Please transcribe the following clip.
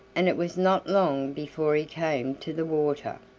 and it was not long before he came to the water,